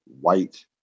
white